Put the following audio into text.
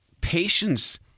patience